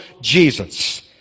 Jesus